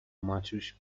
maciuś